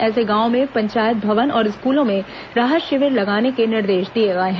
ऐसे गांवों में पंचायत भवन और स्कूलों में राहत शिविर लगाने के निर्देश दिए गए हैं